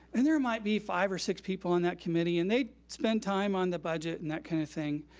and there might be five or six people on that committee. and they'd spend time on the budget and that kinda thing.